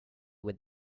would